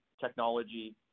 technology